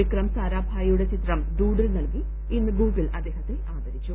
വിക്രം സാരാഭായിയുടെ ചിത്രം ഇന്ന് ഡൂഡിൽ നൽകി ഇന്ന് ഗൂഗിൾ അദ്ദേഹത്തെ ആദരിച്ചു